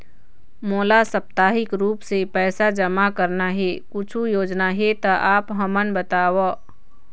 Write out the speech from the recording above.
मोला साप्ताहिक रूप से पैसा जमा करना हे, कुछू योजना हे त आप हमन बताव?